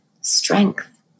strength